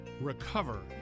recover